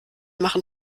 machen